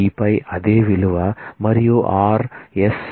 D పై అదే విలువ మరియు r s